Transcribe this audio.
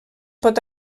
pot